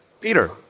Peter